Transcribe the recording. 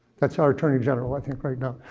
that's our attorney general, i think, right now.